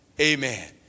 amen